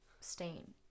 Stain